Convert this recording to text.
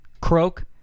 croak